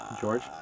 George